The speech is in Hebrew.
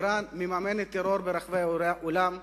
אירן מממנת טרור ברחבי העולם,